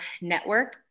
network